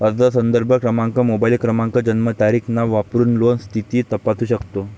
अर्ज संदर्भ क्रमांक, मोबाईल क्रमांक, जन्मतारीख, नाव वापरून लोन स्थिती तपासू शकतो